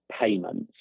payments